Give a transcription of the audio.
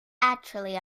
actually